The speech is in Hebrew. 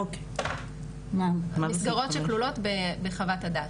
מסגרות שכלולות בחוות הדעת,